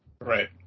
Right